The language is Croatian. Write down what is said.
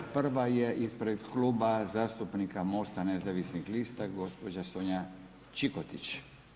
Prva je ispred Kluba zastupnika MOST-a nezavisnih lista gospođa Sonja Čikotić.